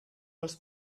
els